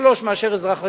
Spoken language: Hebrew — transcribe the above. לפי-שלושה מאזרח רגיל.